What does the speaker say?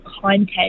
content